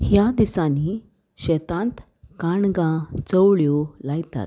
ह्या दिसांनी शेतांत कणगां चवळ्यो लायतात